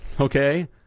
Okay